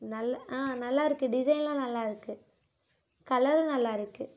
நல்ல ஆ நல்லா இருக்குது டிசைன்லாம் நல்லா இருக்குது கலரும் நல்லா இருக்குது